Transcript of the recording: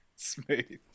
Smooth